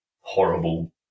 horrible